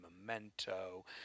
Memento